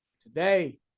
today